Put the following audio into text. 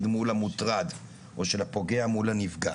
מול המוטרד או של הפוגע מול הנפגע.